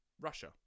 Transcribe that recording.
Russia